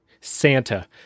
Santa